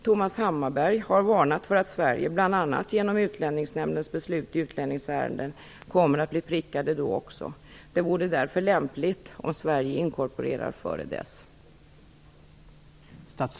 Thomas Hammarberg har varnat för att Sverige, bl.a. genom Utlänningsnämndens beslut i utlänningsärenden, kommer att bli prickat då också. Det vore därför lämpligt om Sverige inkorporerar konventionen innan dess.